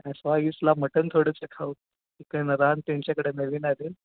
mutton थोडंसं खाऊ chicken रान त्यांच्याकडे नवीन आहे रे